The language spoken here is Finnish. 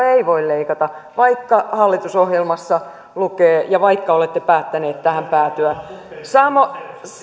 ei voi leikata vaikka hallitusohjelmassa niin lukee ja vaikka olette päättäneet tähän päätyä sama